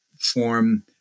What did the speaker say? form